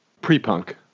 pre-punk